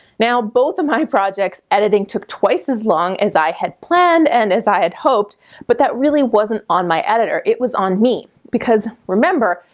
now, both of my projects, editing took twice as long as i had planned and as i had hoped but that really wasn't on my editor. it was on me because remember,